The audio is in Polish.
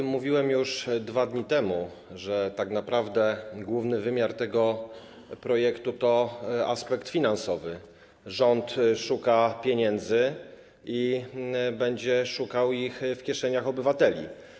Mówiłem już 2 dni temu, że tak naprawdę główny wymiar tego projektu to aspekt finansowy - rząd szuka pieniędzy i będzie szukał ich w kieszeniach obywateli.